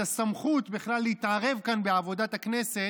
את הסמכות בכלל להתערב כאן בעבודת הכנסת.